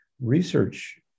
research